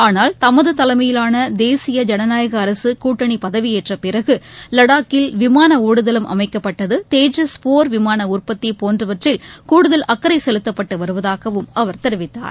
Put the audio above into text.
ஆளால் தமது தலைமையிலான தேசிய ஜனநாயக அரசு கூட்டணி பதவியேற்ற பிறகு லடாக்கில் விமான ஒடுதளம் அமைக்கப்பட்டது தேஜஸ் போர் விமான உற்பத்தி போன்றவற்றில் கூடுதல் அக்கறை செலுத்தப்பட்டு வருவதாகவும் அவர் தெரிவித்தார்